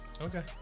Okay